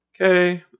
okay